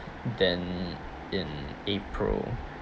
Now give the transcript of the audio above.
then in april